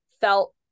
felt